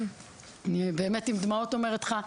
אני באמת עם דמעות אומרת לך,